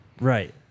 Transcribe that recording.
right